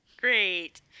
Great